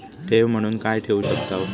ठेव म्हणून काय ठेवू शकताव?